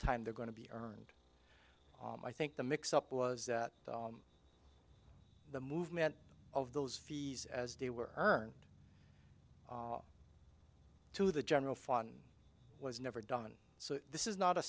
time they're going to be earned i think the mix up was that the movement of those fees as they were earned to the general fund was never done so this is not a